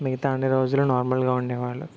మిగతా అన్ని రోజులు నార్మల్గా ఉండేవాళ్ళు